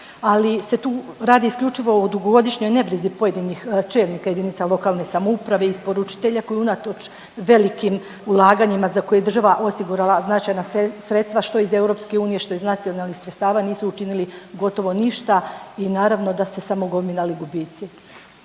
ali se tu radi isključivo o dugogodišnjoj nebrizi pojedinih čelnika jedinica lokalne samouprave i isporučitelja koji unatoč velikim ulaganjima za koje je država osigurala značajna sredstva, što iz EU, što iz nacionalnih sredstava, nisu učinili gotovo ništa i naravno da su se samo gomilali gubici.